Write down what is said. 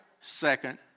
second